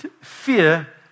fear